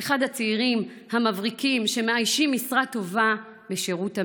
אחד הצעירים המבריקים שמאיישים משרה טובה בשירות המדינה.